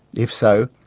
if so,